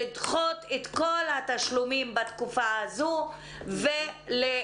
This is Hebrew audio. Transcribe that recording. לדחות את כל התשלומים בתקופה הזאת ולסייע